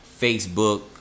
Facebook